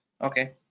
okay